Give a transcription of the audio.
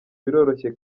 biroroshye